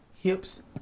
hips